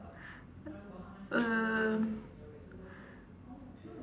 err